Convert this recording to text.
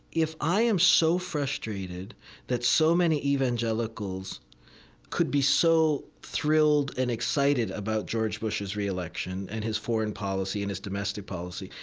if i am so frustrated that so many evangelicals could be so thrilled and excited about george bush's re-election and his foreign policy and his domestic policy,